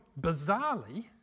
bizarrely